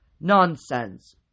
Nonsense